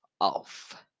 off